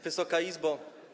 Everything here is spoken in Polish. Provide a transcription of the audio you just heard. Wysoka Izbo!